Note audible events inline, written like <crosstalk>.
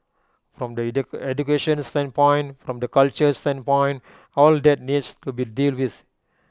from the <noise> education standpoint from the culture standpoint all that needs to be dealt with